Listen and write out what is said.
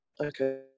Okay